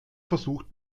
versucht